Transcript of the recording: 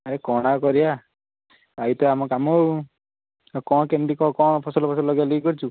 ଏ କ'ଣ ଆଉ କରିବା ଏଇ ତ ଆମ କାମ ଆଉ ଆଉ କ'ଣ କେମିତି କହ କ'ଣ ଫସଲ ଫସଲ ଲଗିଆଲଗି କରିଛୁ